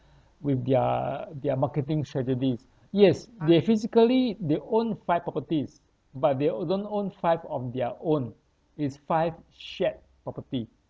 with their their marketing strategies yes they physically they own five properties but they don't own five of their own it's five shared property